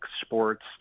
sports